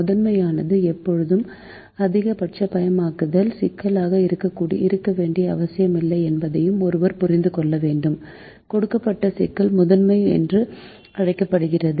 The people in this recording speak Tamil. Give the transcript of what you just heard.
முதன்மையானது எப்போதும் அதிகபட்சமயமாக்கல் சிக்கலாக இருக்க வேண்டிய அவசியமில்லை என்பதையும் ஒருவர் புரிந்து கொள்ள வேண்டும் கொடுக்கப்பட்ட சிக்கல் முதன்மை என்று அழைக்கப்படுகிறது